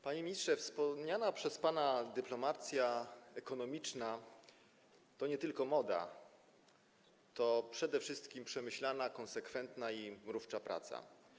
Panie ministrze, wspomniana przez pana dyplomacja ekonomiczna to nie tylko moda, to przede wszystkim przemyślana, konsekwentna i mrówcza praca.